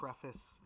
preface